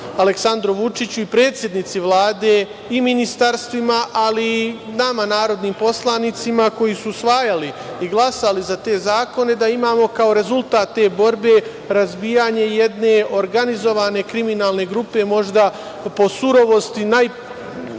Aleksandru Vučiću, predsednici Vlade i ministarstvima, ali i nama narodnim poslanicima koji su usvajali i glasali za te zakone, da imamo kao rezultat te borbe razbijanje jedne organizovane kriminalne grupe, možda po surovosti najpoznatije,